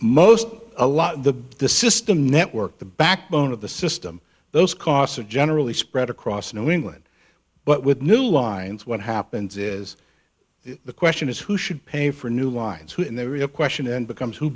most a lot to the system network the backbone of the system those costs are generally spread across new england but with new lines what happens is the question is who should pay for new lines when the real question and becomes who